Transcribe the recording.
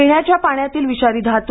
पिण्याच्या पाण्यातील विषारी धातू